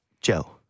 Joe